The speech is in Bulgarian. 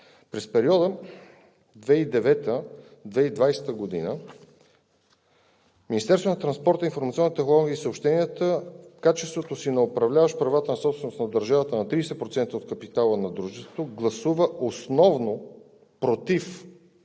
информационните технологии и съобщенията – в качеството си на управляващ правата на собственост на държавата на 30% от капитала на дружеството, гласува основно против